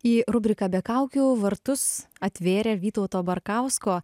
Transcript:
į rubriką be kaukių vartus atvėrė vytauto barkausko